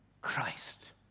Christ